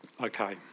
Okay